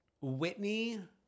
Whitney